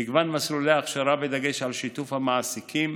מגוון מסלולי הכשרה בדגש על שיתוף המעסיקים